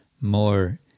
more